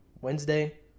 Wednesday